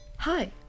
Hi